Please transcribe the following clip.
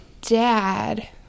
dad